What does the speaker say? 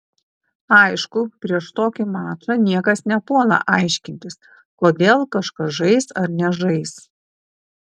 aišku prieš tokį mačą niekas nepuola aiškintis kodėl kažkas žais ar nežais